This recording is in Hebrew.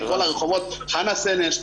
לקרוא לרחובות חנה סנש,